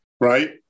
Right